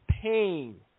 pain